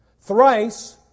Thrice